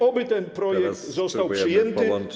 Oby ten projekt został przyjęty.